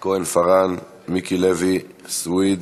כהן-פארן, מיקי לוי, סויד,